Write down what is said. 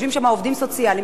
יושבים שם עובדים סוציאליים,